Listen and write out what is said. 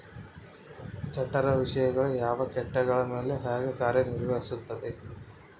ಜಠರ ವಿಷಯಗಳು ಯಾವ ಕೇಟಗಳ ಮೇಲೆ ಹೇಗೆ ಕಾರ್ಯ ನಿರ್ವಹಿಸುತ್ತದೆ?